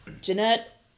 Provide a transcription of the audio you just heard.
Jeanette